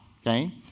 okay